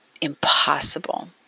impossible